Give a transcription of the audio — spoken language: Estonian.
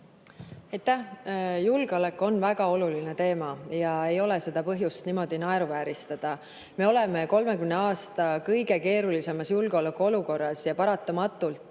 Aitäh! Julgeolek on väga oluline teema ja ei ole põhjust seda niimoodi naeruvääristada. Me oleme 30 aasta kõige keerulisemas julgeolekuolukorras ja paratamatult